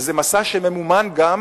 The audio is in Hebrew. וזה מסע שממומן גם